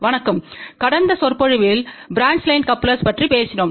வணக்கம் கடந்த சொற்பொழிவில் பிரான்ச் லைன் கப்லெர்ஸ்களைப் பற்றி பேசினோம்